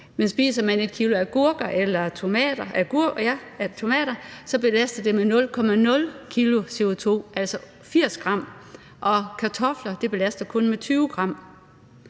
men spiser man 1 kg agurker eller tomater, belaster det med 0,08 kg CO2, altså med 80 g CO2 – og 1 kg kartofler belaster kun med 20 g